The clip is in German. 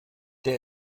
der